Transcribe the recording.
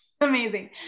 Amazing